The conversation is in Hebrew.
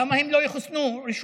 למה הם לא יחוסנו ראשונים?